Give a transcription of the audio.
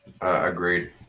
agreed